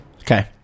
Okay